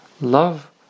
Love